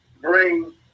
Bring